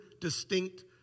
distinct